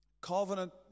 covenant